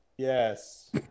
Yes